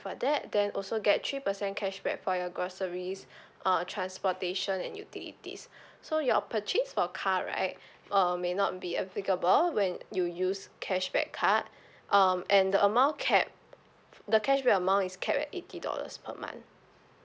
for that then also get three percent cashback for your groceries uh transportation and utilities so your purchase for car right uh may not be applicable when you use cashback card um and the amount capped the cash back amount is capped at eighty dollars per month